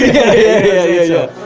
yeah, yeah.